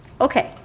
Okay